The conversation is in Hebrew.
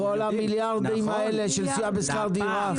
כל המיליארדים האלה של סיוע בשכר דיור -- נכון.